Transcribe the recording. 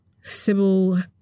Sybil